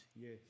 Yes